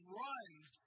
runs